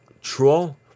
Troll